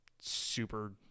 super